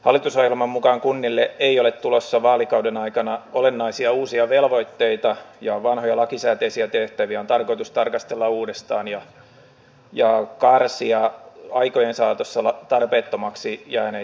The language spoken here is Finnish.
hallitusohjelman mukaan kunnille ei ole tulossa vaalikauden aikana olennaisia uusia velvoitteita ja vanhoja lakisääteisiä tehtäviä on tarkoitus tarkastella uudestaan ja karsia aikojen saatossa tarpeettomiksi jääneitä tehtäviä